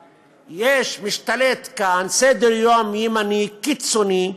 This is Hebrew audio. משתלט כאן סדר-יום ימני, קיצוני,